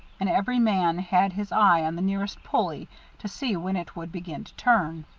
and every man had his eye on the nearest pulley to see when it would begin to turn.